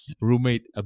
roommate